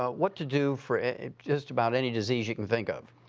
what to do for just about any disease you can think of,